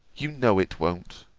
you know it won't.